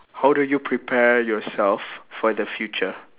how do you prepare yourself for the future